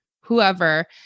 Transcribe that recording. whoever